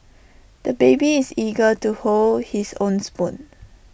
the baby is eager to hold his own spoon